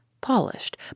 polished